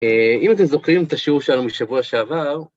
אם אתם זוכרים את השיעור שלנו משבוע שעבר,